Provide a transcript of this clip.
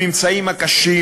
הממצאים הקשים,